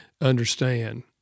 understand